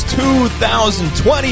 2020